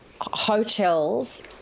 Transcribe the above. hotels